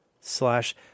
Slash